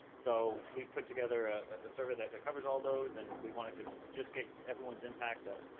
so we've put together a survey that that covers all those and we wanted to just get everyone's impact. ah